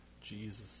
Jesus